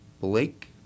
Blake